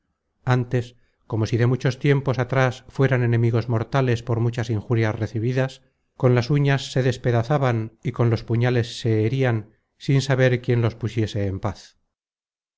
ántes como si de muchos tiempos atras fueran enemigos mortales por muchas injurias recebidas con las uñas se despedazaban y con los puñales se herian sin haber quién los pusiese en paz